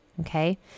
okay